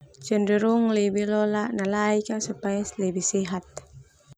Cenderung lebih no nalaik supaya lebih sehat.